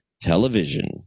television